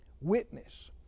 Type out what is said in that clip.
Witness